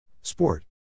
Sport